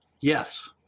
Yes